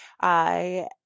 I